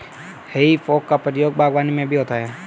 हेइ फोक का प्रयोग बागवानी में भी होता है